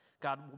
God